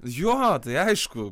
jo tai aišku